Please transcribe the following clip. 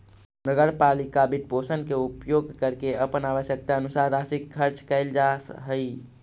नगर पालिका वित्तपोषण के उपयोग करके अपन आवश्यकतानुसार राशि खर्च कैल जा हई